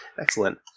Excellent